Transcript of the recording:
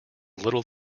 little